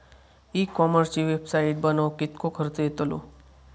E कॉमर्सची website बनवक किततो खर्च येतलो?